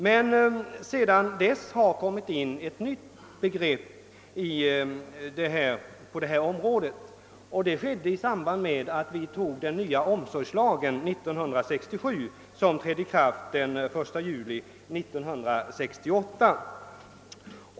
Sedan dess har emellertid kommit in ett nytt begrepp på detta område, nämligen i samband med antagandet av den nya omsorgslagen 1967, vilken trädde i kraft den 1 juli 1968.